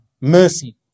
Mercy